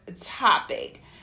topic